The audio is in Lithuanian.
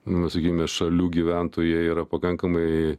na sakykime šalių gyventojai jie yra pakankamai